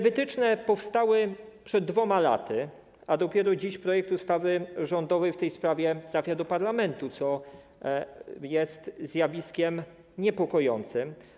Wytyczne te powstały przed 2 laty, a dopiero dziś projekt ustawy rządowej w tej sprawie trafia do parlamentu, co jest zjawiskiem niepokojącym.